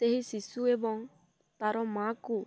ସେହି ଶିଶୁ ଏବଂ ତା'ର ମା'କୁ